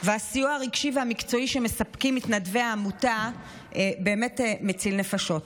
והסיוע הרגשי והמקצועי שמספקים מתנדבי העמותה באמת מציל נפשות.